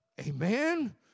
Amen